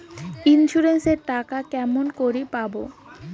Insurance এর টাকা কেমন করি পাম?